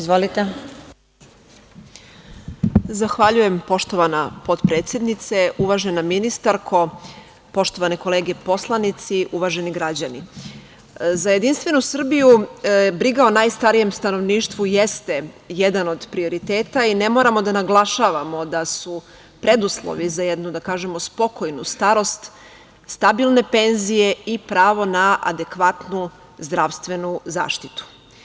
Zahvaljujem poštovana potpredsednice, uvažena ministarko, poštovane kolege poslanici, uvaženi građani, za JS briga o najstarijem stanovništvu jeste jedan od prioriteta i ne moramo da naglašavamo da su preduslovi za jednu, da kažemo, spokojnu starost, stabilne penzije i pravo na adekvatnu zdravstvenu zaštitu.